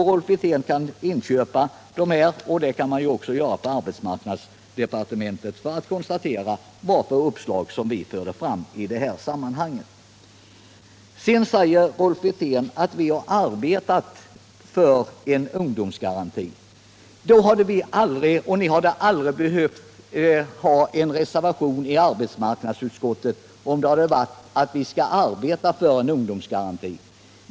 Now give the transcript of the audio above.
Rolf Wirtén kan inköpa denna redogörelse — det kan de också göra på arbetsmarknadsdepartementet — för att konstatera vilka uppslag vi förde fram i dessa sammanhang. Sedan säger Rolf Wirtén att vi har arbetat för en ungdomsgaranti, och ni hade aldrig behövt göra en reservation i arbetsmarknadsutskottet som gällde att vi skall arbeta för en ungdomsgaranti.